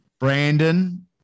Brandon